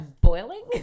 Boiling